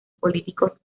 políticos